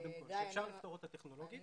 אפשר לפתור אותה טכנולוגית.